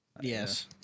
Yes